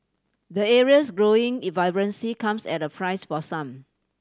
the area's growing vibrancy comes at a price for some